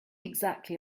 exactly